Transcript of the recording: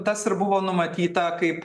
tas ir buvo numatyta kaip